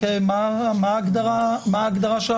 מה ההגדרה שם?